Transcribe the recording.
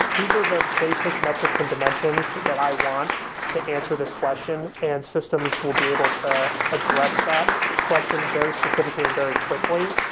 these are the basic metrics and dimensions that i want to answer this question, and systems will be able to address that question very specifically and very quickly.